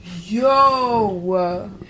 Yo